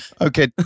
okay